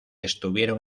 estuvieron